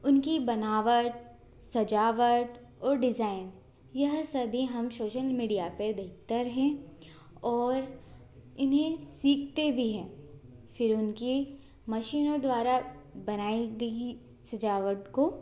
उनकी बनावट सजावट और डिज़ाइन यह सभी हम शोशल मीडिया पर देखते हैं और इन्हें सीखते भी हैं फिर उनकी मशीनों द्वारा बनाई गई सजावट को